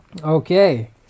okay